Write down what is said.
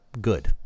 good